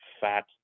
fat